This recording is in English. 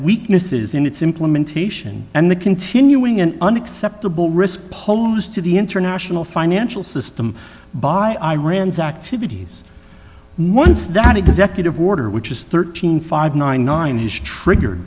weaknesses in its implementation and the continuing an unacceptable risk posed to the international financial system by iran's activities once that executive order which is thirteen five nine nine is trigger